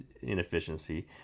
inefficiency